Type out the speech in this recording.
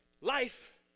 life